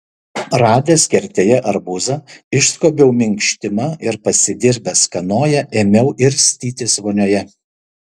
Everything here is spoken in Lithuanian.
radęs kertėje arbūzą išskobiau minkštimą ir pasidirbęs kanoją ėmiau irstytis vonioje